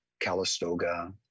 Calistoga